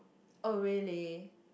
oh really